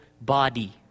body